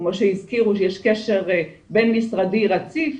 כמו שהזכירו שיש קשר בין-משרדי רציף,